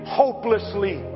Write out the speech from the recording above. hopelessly